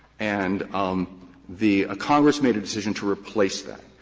and um the congress made a decision to replace that.